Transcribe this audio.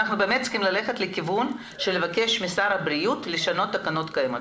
אנחנו באמת צריכים ללכת לכיוון של לבקש משר הבריאות לשנות תקנות קיימות.